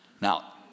now